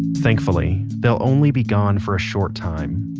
thankfully, they'll only be gone for a short time,